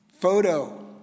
photo